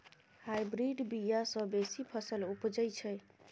hybrid बीया सँ बेसी फसल उपजै छै